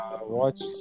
watch